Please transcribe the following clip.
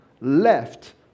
left